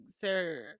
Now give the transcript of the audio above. sir